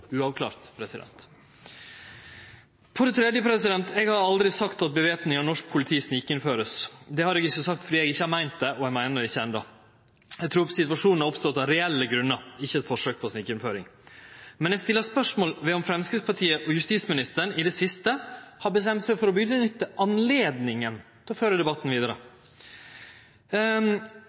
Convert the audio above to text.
uavklart? For det tredje: Eg har aldri sagt at væpning av norsk politi vert snikinnført. Det har eg ikkje sagt, for eg har ikkje meint det, og eg meiner det ikkje no heller. Eg trur situasjonen har oppstått av reelle grunnar, og ikkje er eit forsøk på snikinnføring. Men eg stiller spørsmål ved om Framstegspartiet og justisministeren i det siste har bestemt seg for å nytte høvet til å føre debatten vidare